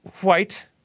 white